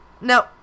no